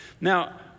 Now